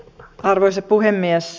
arvoisa puhemies